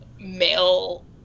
male